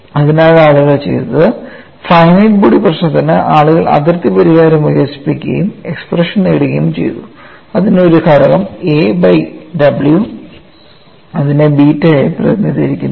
അതിനാൽ ആളുകൾ ചെയ്തത് ഫൈനൈറ്റ് ബോഡി പ്രശ്നത്തിന് ആളുകൾ അതിർത്തി പരിഹാരം വികസിപ്പിക്കുകയും എക്സ്പ്രഷൻ നേടുകയും ചെയ്തു അതിന് ഒരു ഘടകം a ബൈ w അതിനെ ബീറ്റയായി പ്രതിനിധീകരിക്കുന്നു